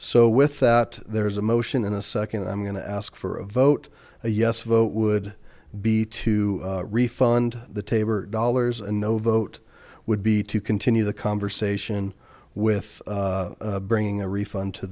so with that there's a motion in a second i'm going to ask for a vote a yes vote would be to refund the taber dollars and no vote would be to continue the conversation with bringing a refund to